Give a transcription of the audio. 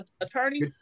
attorney